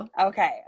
Okay